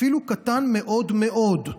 אפילו קטן מאוד מאוד.